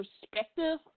perspective